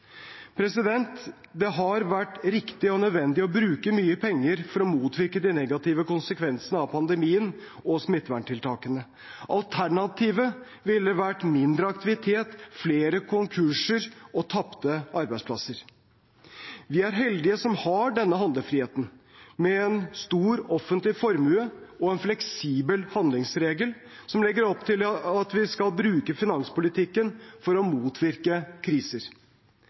Det har vært riktig og nødvendig å bruke mye penger for å motvirke de negative konsekvensene av pandemien og smitteverntiltakene. Alternativet ville vært mindre aktivitet, flere konkurser og tapte arbeidsplasser. Vi er heldige som har denne handlefriheten, med en stor offentlig formue og en fleksibel handlingsregel som legger opp til at vi skal bruke finanspolitikken for å motvirke kriser.